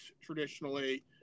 traditionally